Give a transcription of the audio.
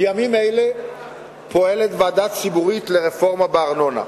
בימים אלה פועלת ועדה ציבורית לרפורמה בארנונה.